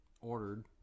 ordered